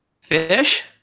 Fish